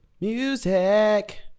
Music